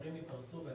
שאתרים יתפרסו ב-...